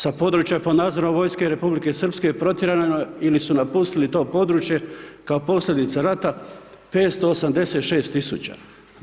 Sa područja pod nadzorom vojske Republike Srpske protjerano je ili su napustili to područje kao posljedica rata, 586 000.